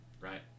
right